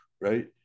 right